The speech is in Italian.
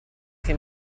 che